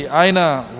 aina